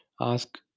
ask